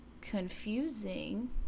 confusing